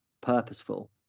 purposeful